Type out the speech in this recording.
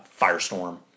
Firestorm